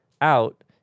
out